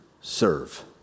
serve